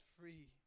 free